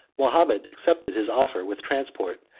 mahomet accepted his offer with transport,